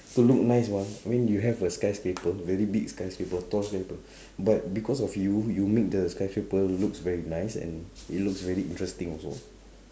to look nice mah I mean you have a skyscraper very big skyscraper tall skyscraper but because of you you make the skyscraper looks very nice and it looks very interesting also